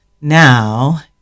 Now